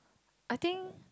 I think